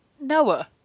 Noah